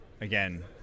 again